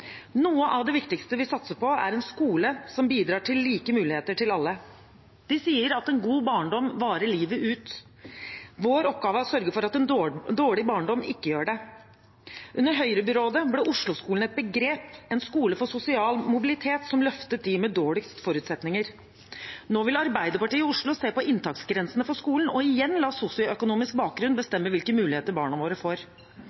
Noe av det viktigste vi satser på, er en skole som bidrar til like muligheter til alle. De sier at en god barndom varer livet ut. Vår oppgave er å sørge for at en dårlig barndom ikke gjør det. Under Høyre-byrådet ble Osloskolen et begrep – en skole for sosial mobilitet, som løftet dem med dårligst forutsetninger. Nå vil Arbeiderpartiet i Oslo se på inntaksgrensene for skolen og igjen la sosioøkonomisk bakgrunn